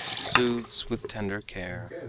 soothes with tender care.